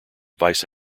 vice